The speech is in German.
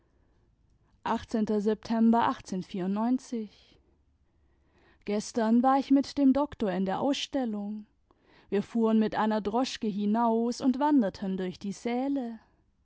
gestern war ich mit dem doktor in der ausstellung wir fuhren mit einer droschke hinaus imd wanderten durch die säle